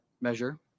measure